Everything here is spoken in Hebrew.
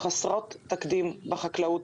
חסרות תקדים בחקלאות,